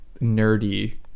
nerdy